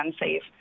unsafe